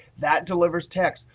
that delivers text.